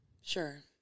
Sure